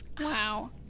Wow